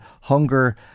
hunger